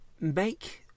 make